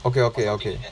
okay okay okay